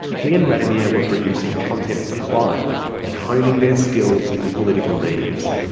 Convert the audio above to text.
he and radomir were producing content for clive and honing their skills in political memes.